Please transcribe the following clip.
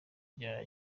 rya